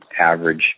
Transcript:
average